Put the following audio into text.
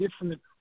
different